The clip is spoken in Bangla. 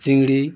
চিংড়ি